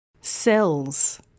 cells